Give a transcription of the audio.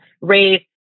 race